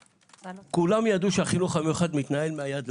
כולם ידעו שהחינוך המיוחד מתנהל מהיד לפה.